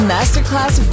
Masterclass